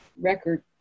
record